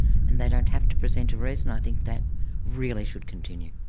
and they don't have to present a reason, i think that really should continue.